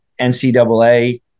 NCAA